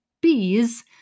bees